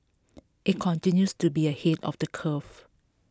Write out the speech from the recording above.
it continues to be ahead of the curve